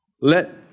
let